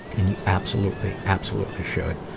and you absolutely, absolutely should.